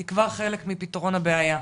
היא כבר חלק מפתרון הבעיה.